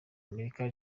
amerika